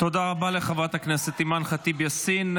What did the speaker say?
תודה רבה לחברת הכנסת אימאן ח'טיב יאסין.